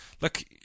look